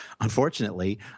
unfortunately